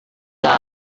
are